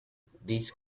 this